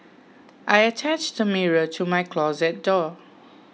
I attached a mirror to my closet door